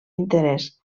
interès